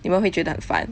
你们会觉得很烦